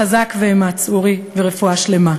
חזק ואמץ, אורי, ורפואה שלמה.